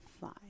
five